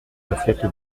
l’assiette